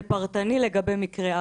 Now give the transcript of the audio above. זה פרטני לגבי כל מקרה.